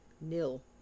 nil